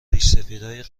ریشسفیدهای